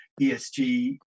ESG